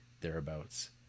thereabouts